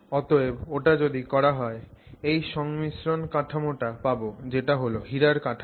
অতএব ওটা যদি করা হয় এই সংমিশ্রণ কাঠামো টা পাবো যেটা হল হীরার কাঠামো